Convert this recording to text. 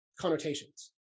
connotations